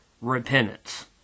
repentance